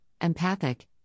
empathic